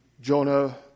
Jonah